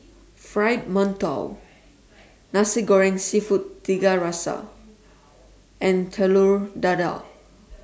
Fried mantou Nasi Goreng Seafood Tiga Rasa and Telur Dadah